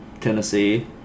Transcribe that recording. Tennessee